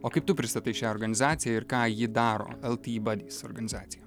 o kaip tu pristatai šią organizaciją ir ką ji daro el ti badis organizacija